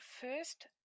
first